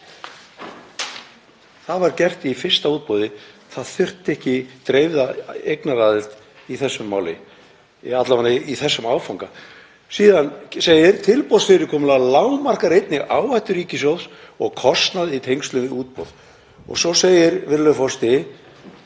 Það var gert í fyrsta útboði, það þyrfti ekki dreifða eignaraðild í þessu máli, alla vega ekki í þessum áfanga. Síðan segir: Tilboðsfyrirkomulag lágmarkar einnig áhættu ríkissjóðs og kostnað í tengslum við útboð. Og svo segir, virðulegur